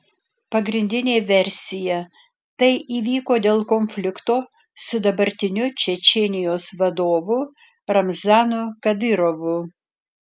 pagrindinė versija tai įvyko dėl konflikto su dabartiniu čečėnijos vadovu ramzanu kadyrovu